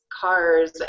cars